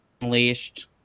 Unleashed